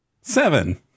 Seven